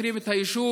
מכתרים את היישוב,